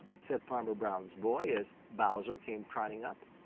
said farmer brown's boy, as bowser came trotting up.